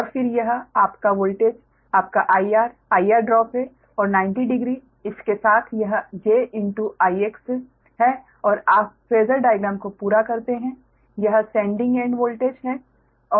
और फिर यह आपका वोल्टेज आपका IR IR ड्रॉप है और 900 इस के साथ यह j IX है और आप फेसर डाइग्राम को पूरा करते हैं यह सेंडिंग एंड वोल्टेज है